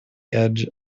edge